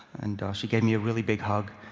and she gave me a really big hug.